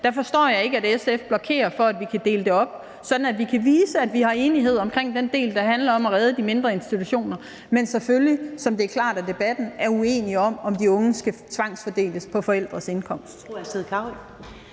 forstår jeg ikke at SF blokerer for at vi kan dele op, sådan at vi kan vise, at vi har enighed om den del, der handler om at redde de mindre institutioner, men selvfølgelig – som det står klart af debatten – er uenige om, om de unge skal tvangsfordeles på baggrund af forældrenes indkomst.